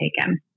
taken